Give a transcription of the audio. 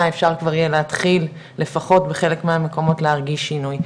אפשר כבר יהיה להתחיל לפחות בחלק מהמקומות להרגיש שינוי.